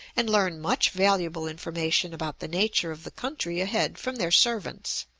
and learn much valuable information about the nature of the country ahead from their servants.